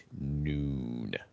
noon